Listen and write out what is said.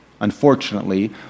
unfortunately